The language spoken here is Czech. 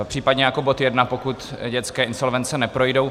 Případně jako bod jedna, pokud dětské insolvence neprojdou.